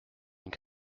une